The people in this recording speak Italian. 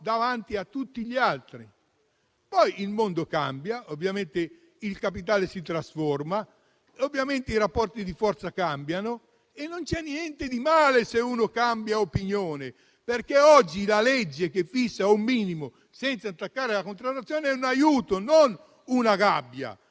davanti a tutti gli altri. Poi il mondo cambia, ovviamente il capitale si trasforma, i rapporti di forza cambiano e non c'è niente di male se uno cambia opinione, perché oggi la legge che fissa un minimo senza intaccare la contrattazione è un aiuto, non una gabbia.